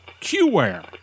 Qware